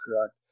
correct